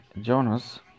Jonas